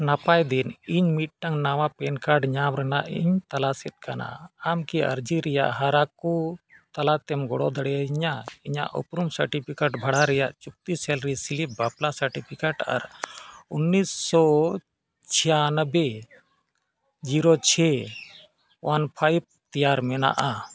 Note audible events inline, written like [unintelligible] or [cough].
ᱱᱟᱯᱟᱭ ᱫᱤᱱ ᱤᱧ ᱢᱤᱫᱴᱟᱱ ᱱᱟᱣᱟ ᱯᱮᱱ ᱠᱟᱨᱰ ᱧᱟᱢ ᱨᱮᱱᱟᱜ ᱤᱧ ᱛᱚᱞᱟᱥᱮᱫ ᱠᱟᱱᱟ ᱟᱢ ᱠᱤ ᱟᱨᱡᱤ ᱨᱮᱭᱟᱜ ᱦᱟᱨᱟ ᱠᱚ ᱛᱟᱞᱟᱛᱮᱢ ᱜᱚᱲᱚ ᱫᱟᱲᱮᱭᱤᱧᱟᱹ ᱤᱧᱟᱹᱜ ᱩᱯᱨᱩᱢ ᱥᱟᱨᱴᱤᱯᱷᱤᱠᱮᱴ ᱵᱷᱟᱲᱟ ᱨᱮᱭᱟᱜ ᱪᱩᱠᱛᱤ [unintelligible] ᱵᱟᱯᱞᱟ ᱥᱟᱨᱴᱤᱯᱷᱤᱠᱮᱴ ᱟᱨ ᱩᱱᱤᱥᱥᱚ ᱪᱷᱤᱭᱟᱱᱚᱵᱵᱳᱭ ᱡᱤᱨᱳ ᱪᱷᱚᱭ ᱚᱣᱟᱱ ᱯᱷᱟᱭᱤᱵᱷ ᱛᱮᱭᱟᱨ ᱢᱮᱱᱟᱜᱼᱟ